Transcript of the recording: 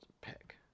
pick